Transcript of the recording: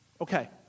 Okay